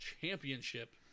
championship